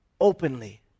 openly